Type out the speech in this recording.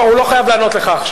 הוא לא חייב לענות לך עכשיו.